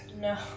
No